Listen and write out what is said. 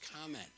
comment